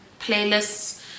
playlists